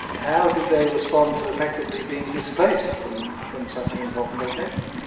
how did they respond to effectively being displaced from from such an important location?